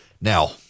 Now